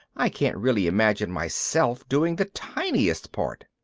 i can't really imagine myself doing the tiniest part.